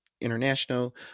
international